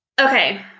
Okay